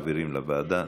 מעבירים לוועדה,